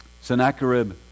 Sennacherib